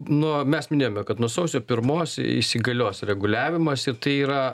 nuo mes minėjome kad nuo sausio pirmos įsigalios reguliavimas ir tai yra